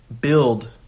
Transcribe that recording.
build